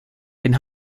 den